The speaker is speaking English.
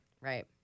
Right